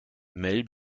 mel